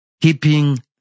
keeping